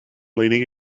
leaning